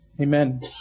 Amen